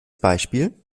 beispiel